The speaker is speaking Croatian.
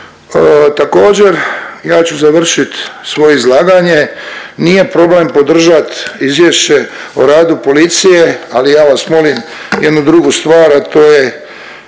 Također ja ću završit svoje izlaganje, nije problem podržat izvješće o radu policije, ali ja vas molim jednu drugu stvar, a to je